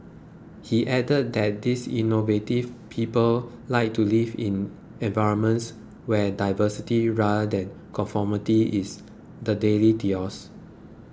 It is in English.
he added that these innovative people like to live in environments where diversity rather than conformity is the daily ethos